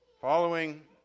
Following